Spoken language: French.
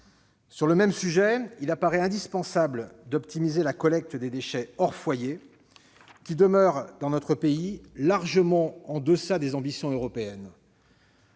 Sur ce même sujet, il paraît indispensable d'optimiser la collecte des déchets produits hors foyer, qui demeure, dans notre pays, largement en deçà des ambitions européennes.